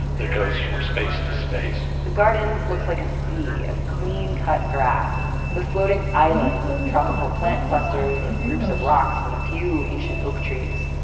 that goes from space to space. the garden looks like a sea of clean-cut grass, with floating islands of tropical plant clusters, or groups of rocks, and a few ancient oak trees.